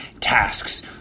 tasks